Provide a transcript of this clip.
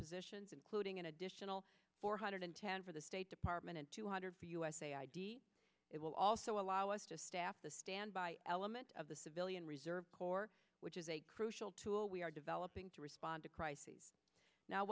positions including an additional four hundred ten for the state department and two hundred usa id it will also allow us to staff the standby element of the civilian reserve corps which is a crucial tool we are developing to respond to crises now